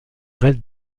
reste